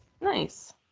Nice